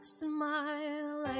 smile